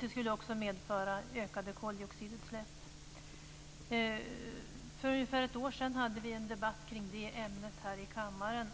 Det skulle också medföra ökade koldioxidutsläpp. För ungefär ett år sedan förde vi en debatt kring detta ämne här i kammaren.